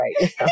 right